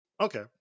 Okay